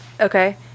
Okay